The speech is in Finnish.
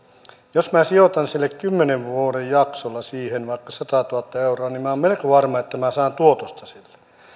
jos minä sijoitan kymmenen vuoden jaksolla siihen vaikka satatuhatta euroa niin minä olen melko varma että minä saan tuottoa sille